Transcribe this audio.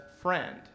friend